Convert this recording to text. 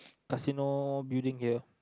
casino building here